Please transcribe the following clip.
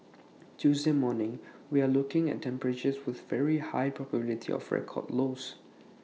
Tuesday morning we're looking at temperatures with very high probability of record lows